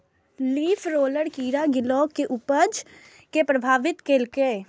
leaf roller कीड़ा गिलोय के उपज कें प्रभावित केलकैए